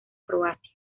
croacia